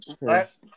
Last